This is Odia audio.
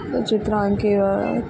ଚିତ୍ରା ଆଙ୍କିବା